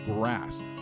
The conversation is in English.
Grass